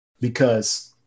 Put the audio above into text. because-